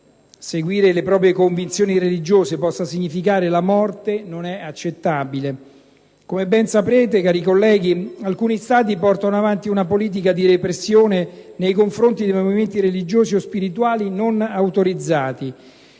seguire le proprie convinzioni religiose possa significare la morte non è accettabile. Come ben saprete, cari colleghi, alcuni Stati portano avanti una politica di repressione nei confronti dei movimenti religiosi o spirituali non autorizzati.